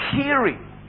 hearing